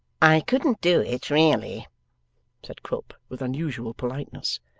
i couldn't do it really said quilp with unusual politeness,